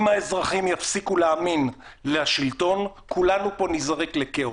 אם האזרחים יפסיקו להאמין לשלטון כולנו פה ניזרק לכאוס.